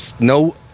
no